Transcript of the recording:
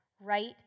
right